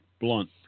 blunt